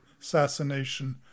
assassination